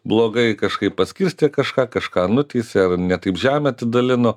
blogai kažkaip paskirstė kažką kažką nuteisė ar ne taip žemę atidalino